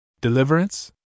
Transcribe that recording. Deliverance